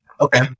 Okay